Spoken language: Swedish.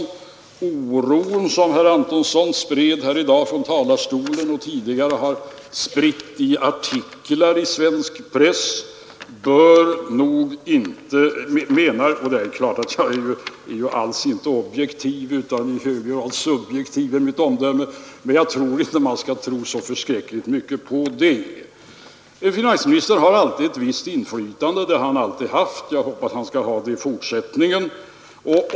Den oro som herr Antonsson i dag spred från denna talarstol och även tidigare har spritt i artiklar i svensk press bör man nog inte tro så mycket på, även om det är klart att jag härvidlag alls inte är objektiv utan i hög grad subjektiv. En finansminister har alltid ett visst inflytande, det har han alltid haft, och jag hoppas att han skall ha det även i fortsättningen.